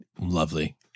lovely